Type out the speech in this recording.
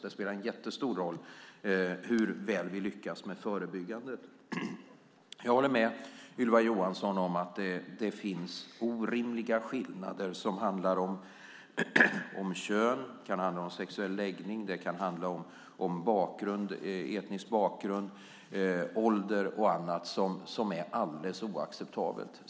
Det spelar en jättestor roll hur väl vi lyckas med det förebyggande. Jag håller med Ylva Johansson om att det finns orimliga skillnader som handlar om kön, sexuell läggning, etnisk bakgrund, ålder och annat som är alldeles oacceptabelt.